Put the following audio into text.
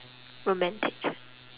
romantic